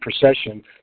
procession